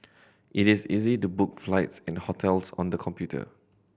it is easy to book flights and hotels on the computer